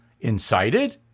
Incited